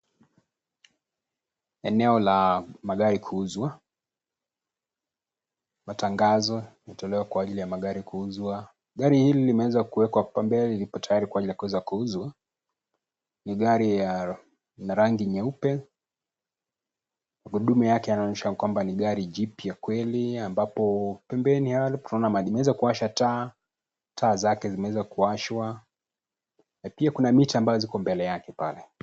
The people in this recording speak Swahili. Eneo la magari kuuzwa. Matangazo yametolewa kwa ajili ya magari kuuzwa. Gari hili limeweza kuwekwa hapa mbele lipo tayari kwa ajili ya kuweza kuuzwa, ni gari ina rangi nyeupe. Magurudumu yake yanaonyesha kwamba ni gari jipya kweli ambapo pembeni pale tunaona limeweza kuwasha taa; taa zake zimeweza kuashwa na pia kuna miti ambayo ziko mbele yake pale.